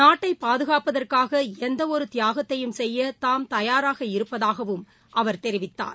நாட்டை பாதுகாப்பதற்காக எந்த ஒரு தியாகத்தையும் செய்ய தாம் தயாராக இருப்பதாகவும் அவர் தெரிவித்தார்